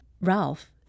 Ralph